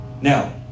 Now